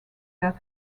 that